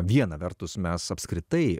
viena vertus mes apskritai